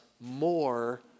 more